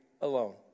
alone